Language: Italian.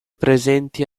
presenti